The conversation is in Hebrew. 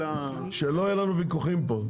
שלא יהיו לנו ויכוחים פה.